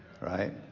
right